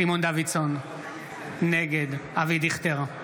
סימון דוידסון, נגד אבי דיכטר,